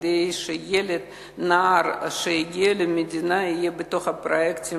כדי שנער שהגיע למדינה יהיה בתוך הפרויקטים